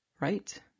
Right